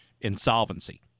insolvency